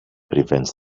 prevents